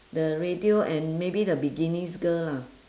the radio and maybe the bikinis girl lah